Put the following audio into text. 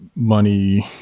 money,